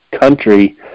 country